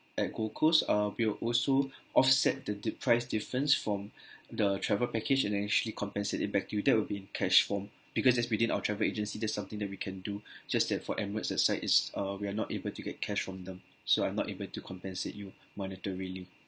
at gold coast uh we'll also offset the the price difference from the travel package and actually compensate it back to you that will be in cash form because that's between our travel agency that's something that we can do just that for emirates that side is uh we are not able to get cash from them so I'm not able to compensate you monetarily